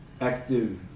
active